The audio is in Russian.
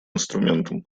инструментом